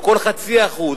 או כל חצי אחוז,